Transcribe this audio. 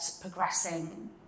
progressing